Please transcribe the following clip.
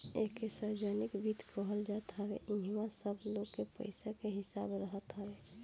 एके सार्वजनिक वित्त कहल जात हवे इहवा सब लोग के पईसा के हिसाब रहत हवे